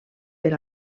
per